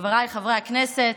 חבריי חברי הכנסת,